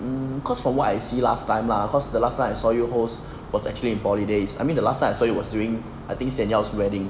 um cause from what I see last time lah cause the last time I saw you host was actually in poly days I mean the last time I saw you was during I think sian yao wedding